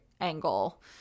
angle